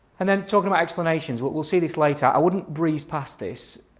and then talking about explanations. but we'll see this later i wouldn't breeze past this.